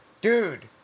Dude